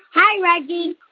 hi, reggie.